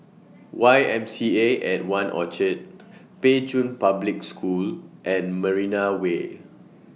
Y M C A At one Orchard Pei Chun Public School and Marina Way